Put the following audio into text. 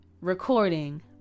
recording